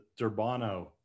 Durbano